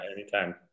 anytime